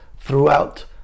throughout